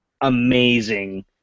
amazing